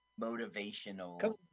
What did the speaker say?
motivational